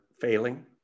failing